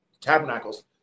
Tabernacles